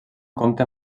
compta